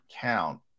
count